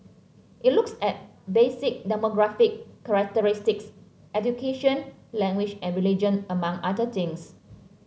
it looks at basic demographic characteristics education language and religion among other things